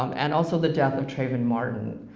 um and also the death of trayvon martin.